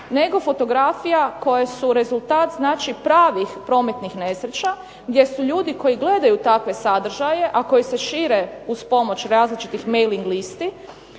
nego fotografija koje su rezultat znači pravih prometnih nesreća gdje su ljudi koji gledaju takve sadržaje, a koji se šire uz pomoć različitih mailing listi